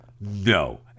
No